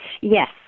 Yes